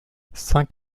cinq